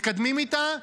מתקדמים איתה,